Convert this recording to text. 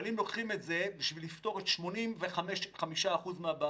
אבל אם לוקחים את זה בשביל לפתור 85% מהבעיות,